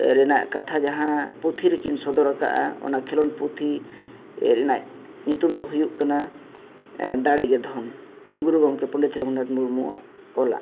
ᱨᱮᱱᱟᱜ ᱠᱟᱛᱷᱟ ᱡᱟᱦᱟᱸ ᱯᱩᱛᱷᱤ ᱨᱮᱠᱤᱱ ᱥᱚᱫᱚᱨ ᱟᱠᱟᱜᱼᱟ ᱚᱱᱟ ᱠᱷᱮᱞᱳᱰ ᱯᱩᱛᱷᱤ ᱨᱮᱱᱟᱜ ᱧᱩᱛᱩᱢ ᱫᱚ ᱦᱩᱭᱩᱜ ᱠᱟᱱᱟ ᱫᱟᱲᱮᱜᱮ ᱫᱷᱚᱱ ᱜᱩᱨᱩ ᱜᱚᱢᱠᱮ ᱯᱚᱱᱰᱤᱛ ᱨᱚᱜᱷᱩᱱᱟᱛᱷ ᱢᱩᱨᱢᱩᱣᱟᱜ ᱚᱞᱟᱜ